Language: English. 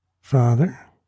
Father